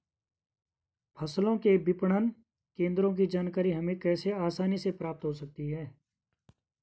फसलों के विपणन केंद्रों की जानकारी हमें कैसे आसानी से प्राप्त हो सकती?